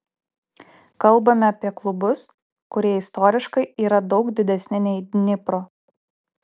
kalbame apie klubus kurie istoriškai yra daug didesni nei dnipro